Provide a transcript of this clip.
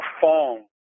phone